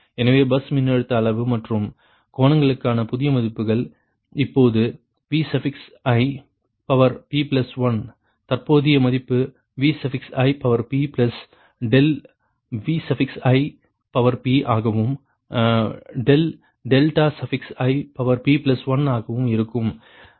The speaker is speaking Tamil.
எனவே பஸ் மின்னழுத்த அளவு மற்றும் கோணங்களுக்கான புதிய மதிப்பீடுகள் இப்போது Vip1 தற்போதைய மதிப்பு Vi ∆Vi ஆகவும் ∆ip1 ஆகவும் இருக்கும்